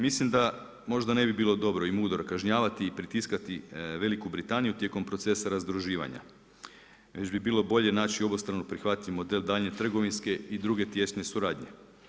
Mislim da možda ne bi bilo dobro i mudro kažnjavati i pritiskati Veliku Britaniju tijekom procesa razdruživanja već bi bilo bolje naći obostrano prihvatljiv model daljnje trgovinske i drug tijesne suradnje.